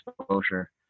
exposure